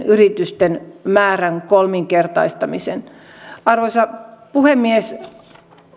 yritysten määrän kolminkertaistumisen arvoisa puhemies